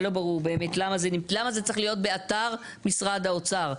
לא ברור באמת למה זה צריך להיות באתר משרד האוצר.